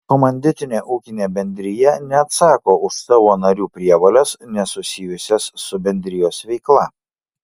komanditinė ūkinė bendrija neatsako už savo narių prievoles nesusijusias su bendrijos veikla